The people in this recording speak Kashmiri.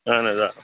اہَن حظ آ